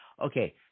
Okay